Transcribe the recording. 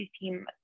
team